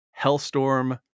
Hellstorm